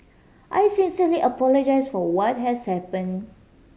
I sincerely apologise for what has happen